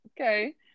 Okay